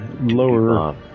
lower